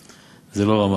וזה לא רמה,